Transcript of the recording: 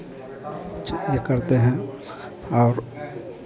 अच्छा ये करते हैं और